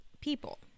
people